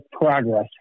progress